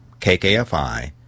KKFI